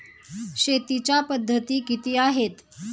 शेतीच्या पद्धती किती आहेत?